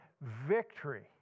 victory